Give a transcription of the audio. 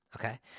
okay